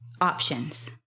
options